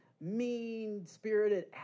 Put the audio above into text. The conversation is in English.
mean-spirited